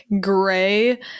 gray